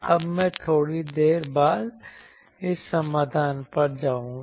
अब मैं थोड़ी देर बाद इस समाधान पर आऊंगा